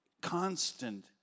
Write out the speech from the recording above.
constant